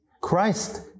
Christ